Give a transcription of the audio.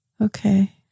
Okay